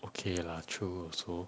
okay lah true also